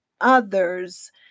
others